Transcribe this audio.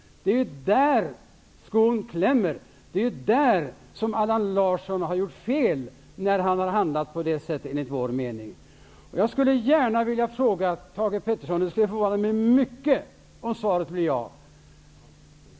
Det är där skon klämmer. Det är där som Allan Larsson har gjort fel enligt vår mening. Peterson, och det skulle förvåna mig mycket om svaret blir ja.